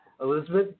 Elizabeth